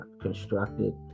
constructed